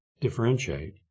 differentiate